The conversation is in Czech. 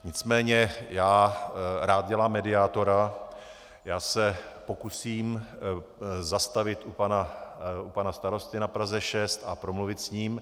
Nicméně já rád dělám mediátora, já se pokusím zastavit u pana starosty na Praze 6 a promluvit s ním.